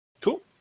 Cool